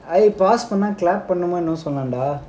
pause பண்ணா:pannaa clap பண்ணனும்னு சொன்னேன்டா:pannanumnu sonnaendaa